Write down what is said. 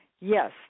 yes